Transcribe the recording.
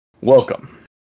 Welcome